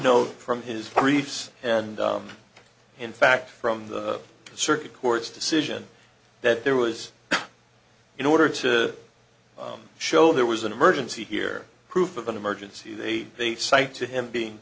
know from his previous and in fact from the circuit court's decision that there was in order to show there was an emergency here proof of an emergency they they cite to him being